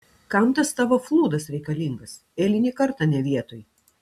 kam tas tavo flūdas reikalingas eilinį kartą ne vietoj